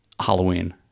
Halloween